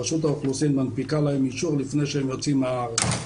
רשות האוכלוסין מנפיקה להם אישור לפני שהם יוצאים מהארץ.